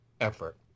effort